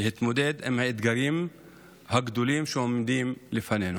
להתמודד עם האתגרים הגדולים שעומדים לפנינו.